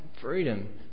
freedom